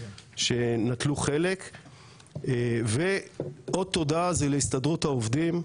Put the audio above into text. שנטלו חלק; ועוד תודה להסתדרות העובדים,